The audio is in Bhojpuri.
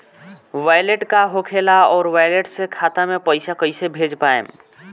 वैलेट का होखेला और वैलेट से खाता मे पईसा कइसे भेज पाएम?